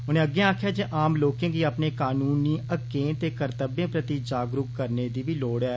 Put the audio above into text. उनें अग्गे आक्खेआ जे आम लोके गी अपने कानूने हके ते कर्त्तव्ये प्रति जागरूक करने दी बी लोड़ ऐ